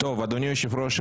אדוני היושב ראש,